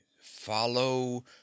Follow